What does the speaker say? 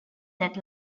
that